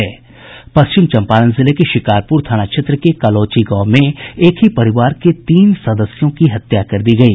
पश्चिम चम्पारण जिले के शिकारपुर थाना क्षेत्र के कलौची गांव में एक ही परिवार के तीन सदस्यों की हत्या कर दी गयी